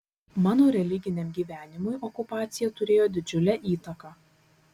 mano religiniam gyvenimui okupacija turėjo didžiulę įtaką